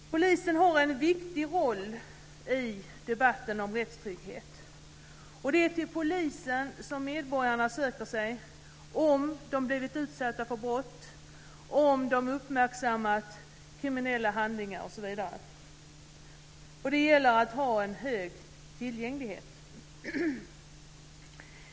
Polisen har en viktig roll i debatten om rättstrygghet. Det är till polisen som medborgarna söker sig om de har blivit utsatta för brott, om de uppmärksammat kriminella handlingar, osv. Det gäller att ha en stor tillgänglighet.